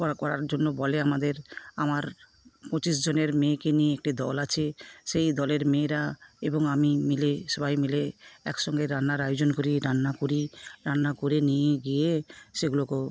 করা করার জন্য বলে আমাদের আমার পঁচিশজনের মেয়েকে নিয়ে একটি দল আছে সেই দলের মেয়েরা এবং আমি মিলে সবাই মিলে এক সঙ্গে রান্নার আয়োজন করি রান্না করি রান্না করে নিয়ে গিয়ে সেগুলোকেও